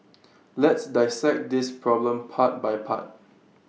let's dissect this problem part by part